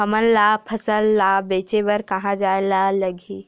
हमन ला फसल ला बेचे बर कहां जाये ला लगही?